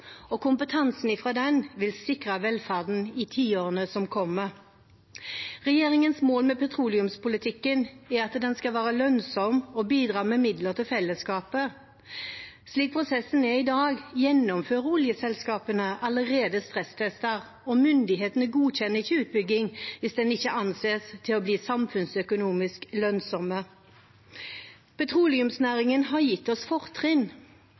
og kompetansen fra den vil sikre velferden i tiårene som kommer. Regjeringens mål med petroleumspolitikken er at den skal være lønnsom og bidra med midler til fellesskapet. Slik prosessen er i dag, gjennomfører oljeselskapene allerede stresstester, og myndighetene godkjenner ikke utbygging hvis det ikke anses å bli samfunnsøkonomisk lønnsomt. Petroleumsnæringen har gitt oss fortrinn.